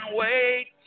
wait